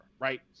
Right